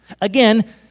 Again